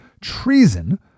treason